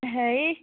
হেৰি